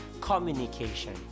communication